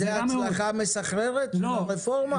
זו הצלחה מסחררת של הרפורמה?